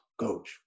coach